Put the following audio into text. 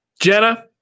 Jenna